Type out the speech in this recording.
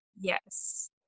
Yes